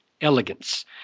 elegance